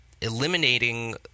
eliminating